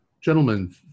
Gentlemen